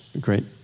great